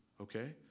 Okay